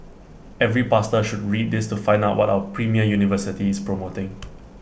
every pastor should read this to find out what our premier university is promoting